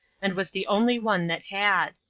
and was the only one that had.